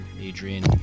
Adrian